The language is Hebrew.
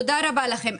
תודה רבה לכם.